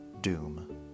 Doom